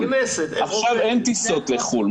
עכשיו אין טיסות לחו"ל.